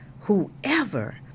whoever